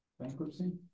Bankruptcy